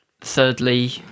thirdly